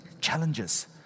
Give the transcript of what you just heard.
challenges